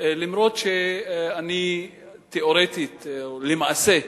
אף-על-פי שאני, תיאורטית או למעשה,